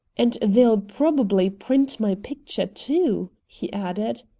and they'll probably print my picture, too, he added.